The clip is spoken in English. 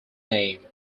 name